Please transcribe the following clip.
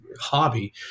hobby